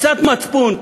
קצת מצפון,